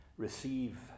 Receive